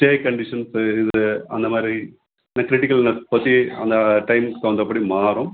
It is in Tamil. ஸ்டே கண்டிஷன்ஸு இது அந்த மாதிரி இந்த கிரிட்டிக்கல்னஸ் பற்றி அந்த டைம்க்கு தகுந்தபடி மாறும்